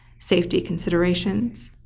safety considerations,